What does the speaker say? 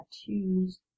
tattoos